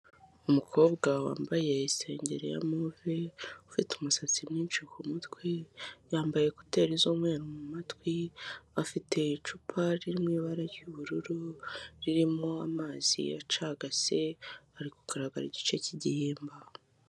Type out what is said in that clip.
Umukobwa wambaye isengeri ya movi, ufite umusatsi mwinshi ku mutwe, yambaye ekuteri z'umweru mu matwi, afite icupa riri mu ibara ry'ubururu ririmo amazi acagase ari kugaragara igice cy'gihimba.